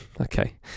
Okay